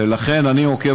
ולכן אני עוקב,